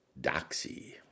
Doxy